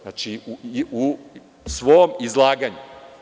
Znači, u svom izlaganju.